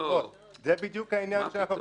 זה בדיוק העניין, כבוד היושב-ראש.